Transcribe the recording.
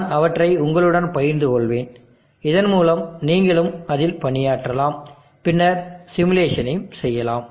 நான் அவற்றை உங்களுடன் பகிர்ந்துகொள்வேன் இதன்மூலம் நீங்களும் அதில் பணியாற்றலாம் பின்னர் சிமுலேஷனை செய்யலாம்